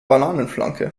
bananenflanke